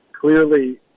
clearly